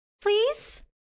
please